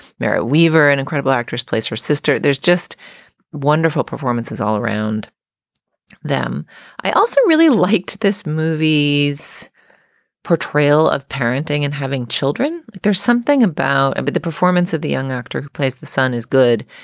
mary weaver, an incredible actress, plays her sister. there's just wonderful performances all around them i also really liked this movie's portrayal of parenting and having children. there's something about but the performance of the young actor who plays the son is good,